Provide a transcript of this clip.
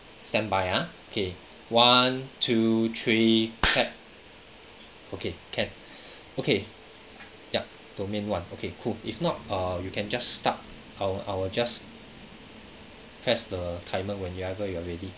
stand by ah okay one two three clap okay can okay ya domain one okay cool if not err you can just start I will I will just press the timer when you ever you are ready